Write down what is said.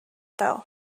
though